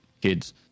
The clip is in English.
kids